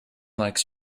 likes